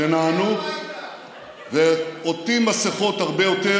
שנענו ועוטים מסכות הרבה יותר,